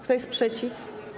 Kto jest przeciw?